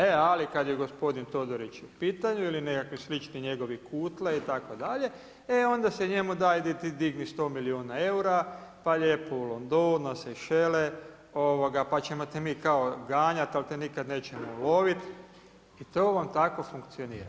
E, ali kada je gospodin Todorić u pitanju ili nekakvi slični njegovi Kutle itd. e, onda se njemu da, idi ti digni 100 milijuna eura, pa lijepo u London, na Seišele pa ćemo te mi kao ganjati, ali te nikada nećemo uloviti i to vam tako funkcionira.